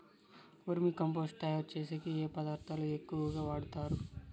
వర్మి compost తయారుచేసేకి ఏ పదార్థాలు ఎక్కువగా వాడుతారు